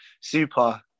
super